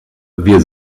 wir